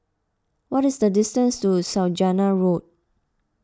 what is the distance to Saujana Road